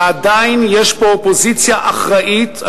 ועדיין יש פה אופוזיציה אחראית,